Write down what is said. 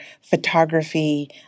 photography